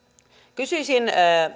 kysyisin